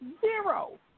Zero